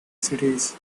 cities